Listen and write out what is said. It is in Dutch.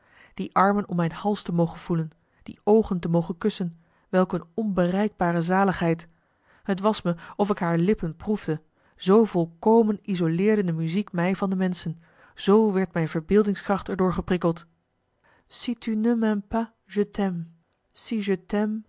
die armen om mijn hals te mogen voelen die oogen te mogen kussen welk een onbereikbare zaligheid t was me of ik haar lippen proefde zoo volkomen isoleerde de muziek mij van de menschen zoo werd mijn verbeeldingskracht er door geprikkeld si tu